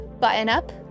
button-up